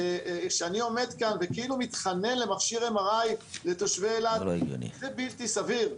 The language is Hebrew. אני עומד כאן וכאילו מתחנן למכשיר MRI לתושבי אילת זה בלתי סביר.